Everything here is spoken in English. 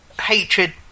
hatred